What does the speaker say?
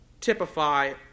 Typify